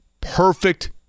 Perfect